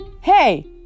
Hey